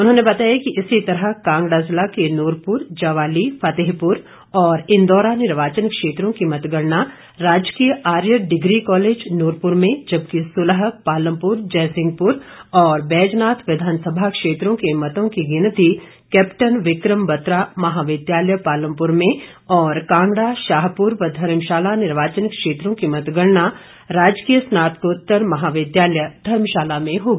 उन्होंने बताया कि इसी तरह कांगड़ा जिला के नूरपुर ज्वाली फतेहपुर और इंदौरा निर्वाचन क्षेत्रों की मतगणना राजकीय आर्य डिग्री कॉलेज नूरपुर में जबकि सुलह पालमपुर जयसिंहपुर और बैजनाथ विधानसभा क्षेत्रों के मतों की गिनती कैप्टन विक्रम बतरा महाविद्यालय पालमपुर में और कांगड़ा शाहपुर व धर्मशाला निर्वाचन क्षेत्रों की मतगणना राजकीय स्नातकोत्तर महाविद्यालय धर्मशाला में होगी